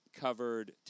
covered